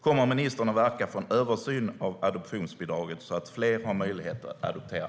Kommer ministern att verka för en översyn av adoptionsbidraget så att fler har möjlighet att adoptera?